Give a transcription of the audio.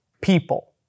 people